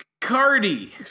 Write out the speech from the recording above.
Cardi